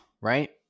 right